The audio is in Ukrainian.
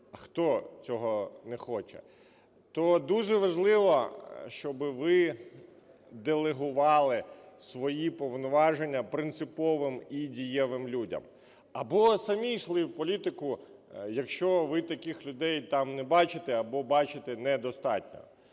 а хто цього не хоче? – то дуже важливо, щоб ви делегували свої повноваження принциповим і дієвим людям. Або самі йшли в політику, якщо ви таких людей там не бачите або бачите недостатньо.